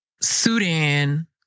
Sudan